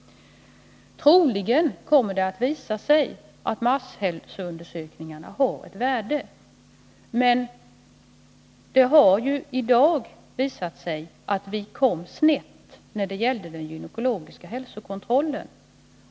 Troligen kommer det att visa sig att masshälsoundersökningarna har ett värde, men det har ju i dag visat sig att vi kom snett när det gällde den gynekologiska hälsokontrollen.